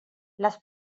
les